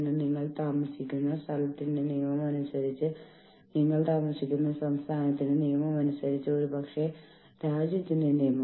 എന്നാൽ ഇപ്പോൾ ഒരു കൂട്ടായ സംഘടനയായി ജീവനക്കാർ ഒരുമിച്ച് പോകുമ്പോൾ മാനേജ്മെന്റ് അവരുടെ വാക്കുകൾ കേൾക്കാൻ നിർബന്ധിതരാകുന്നു